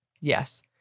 Yes